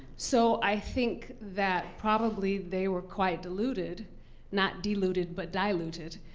so i think that probably they were quite diluted not deluded but diluted